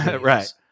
Right